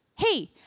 Hey